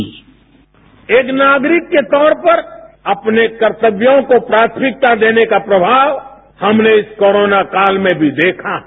sound bite एक नागरिक के तौर पर अपने कर्तव्यों को प्राथमिकता देने का प्रभाव हमने इस कोरोना काल में भी देखा है